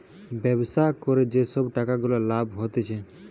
ব্যবসা করে যে সব টাকা গুলা লাভ হতিছে